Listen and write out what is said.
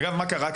אגב, מה קרה?